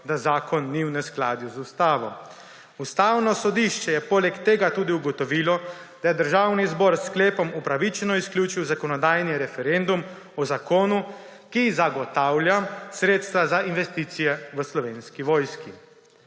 da zakon ni v neskladju z ustavo. Ustavno sodišče je poleg tega tudi ugotovilo, da je Državni zbor s sklepom upravičeno izključil zakonodajni referendum o zakonu, ki zagotavlja sredstva za investicije v Slovenski vojski.